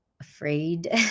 afraid